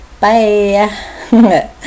Bye